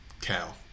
cow